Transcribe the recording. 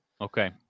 Okay